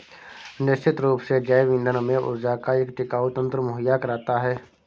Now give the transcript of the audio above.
निश्चित रूप से जैव ईंधन हमें ऊर्जा का एक टिकाऊ तंत्र मुहैया कराता है